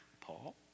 Paul